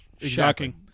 Shocking